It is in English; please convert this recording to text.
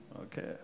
Okay